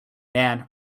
man